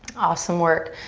awesome work.